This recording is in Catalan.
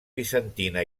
bizantina